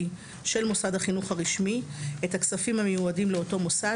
של מוסד החינוך הרשמי את הכספים המיועדים לאותו מוסד,